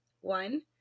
One